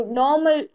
normal